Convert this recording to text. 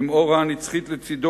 עם אורה הנצחית לצדו,